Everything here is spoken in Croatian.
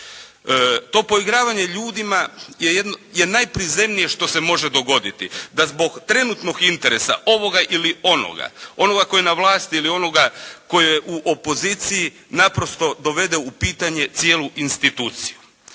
To poigravanje ljudima je najprizemnije što se može dogoditi, da zbog trenutnog interesa ovoga ili onoga, onoga koji je na vlasti ili onoga tko je u opoziciji naprosto dovede u pitanje cijelu instituciju.